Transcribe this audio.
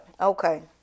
okay